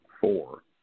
four